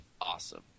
awesome